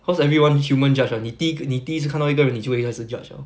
cause everyone human judge [one] 你第一个你第一次看到一个人你就会开始 judge liao